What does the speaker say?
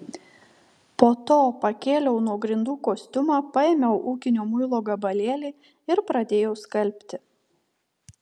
po to pakėliau nuo grindų kostiumą paėmiau ūkinio muilo gabalėlį ir pradėjau skalbti